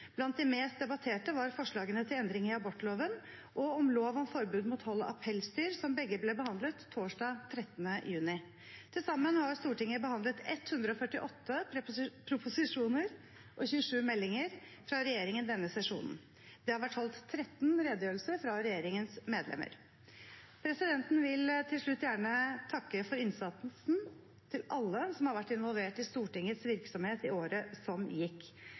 Blant de mest debatterte var forslagene til endring i abortloven og om lov om forbud mot hold av pelsdyr, som begge ble behandlet torsdag 13. juni. Til sammen har Stortinget behandlet 148 proposisjoner og 27 meldinger fra regjeringen denne sesjonen. Det har vært holdt 13 redegjørelser fra regjeringens medlemmer. Presidenten vil til slutt gjerne takke for innsatsen til alle som har vært involvert i Stortingets virksomhet i året som gikk.